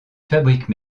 fabrique